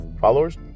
Followers